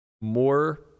more